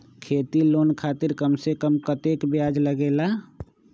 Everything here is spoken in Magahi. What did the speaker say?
खेती लोन खातीर कम से कम कतेक ब्याज लगेला?